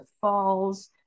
falls